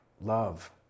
love